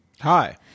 Hi